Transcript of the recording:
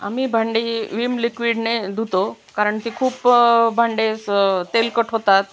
आम्ही भांडी विम लिक्विडने धुतो कारण ती खूप भांडेस तेलकट होतात